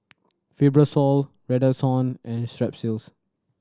Fibrosol Redoxon and Strepsils